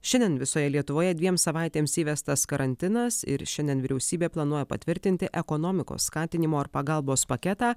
šiandien visoje lietuvoje dviem savaitėms įvestas karantinas ir šiandien vyriausybė planuoja patvirtinti ekonomikos skatinimo ar pagalbos paketą